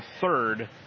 third